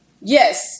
Yes